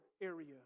area